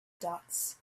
dots